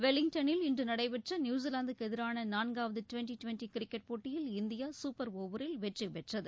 வெலிங்டனில் இன்று நடைபெற்ற நியூசிலாந்துக்கு எதிரான நான்காவது டிவெண்டி டிவெண்டி கிரிக்கெட் போட்டியில் இந்தியா சூப்பர் ஓவரில் வெற்றிபெற்றது